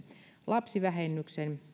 lapsivähennyksen